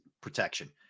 protection